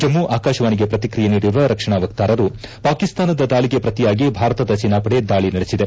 ಜಮ್ನು ಆಕಾಶವಾಣಿಗೆ ಪ್ರತಿಕ್ರಿಯೆ ನೀಡಿರುವ ರಕ್ಷಣಾ ವಕ್ತಾರರು ಪಾಕಿಸ್ತಾನದ ದಾಳಿಗೆ ಪ್ರತಿಯಾಗಿ ಭಾರತದ ಸೇನಾಪಡೆ ದಾಳಿ ನಡೆಸಿದೆ